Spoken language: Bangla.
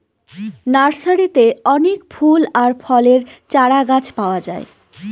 নার্সারিতে অনেক ফুল আর ফলের চারাগাছ পাওয়া যায়